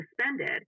suspended